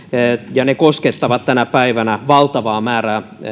ja se koskettaa tänä päivänä valtavaa määrää